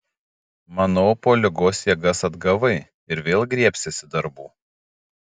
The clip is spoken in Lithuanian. manau po ligos jėgas atgavai ir vėl griebsiesi darbų